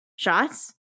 Shots